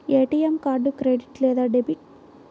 ATM card credit లేదా debit?